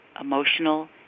emotional